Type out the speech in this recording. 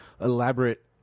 elaborate